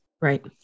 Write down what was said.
Right